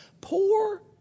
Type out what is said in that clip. poor